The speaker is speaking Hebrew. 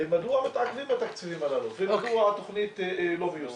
מדוע מתעכבים התקציבים הללו ומדוע התוכנית לא מיושמת.